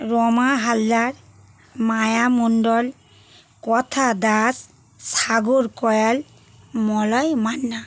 Rama Haldar Maya Mondal Katha Das Sagar Kayal Malay Manna